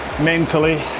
mentally